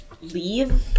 leave